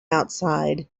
outside